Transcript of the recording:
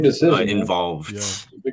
involved